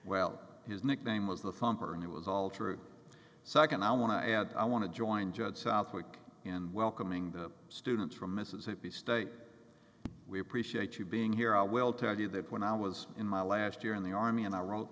well his nickname was the thumper and it was all true second i want to add i want to join judge southwick in welcoming the students from mississippi state we appreciate you being here i will tell you that when i was in my last year in the army and i wrote